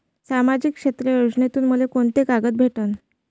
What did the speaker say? सामाजिक क्षेत्र योजनेतून मले कोंते फायदे भेटन?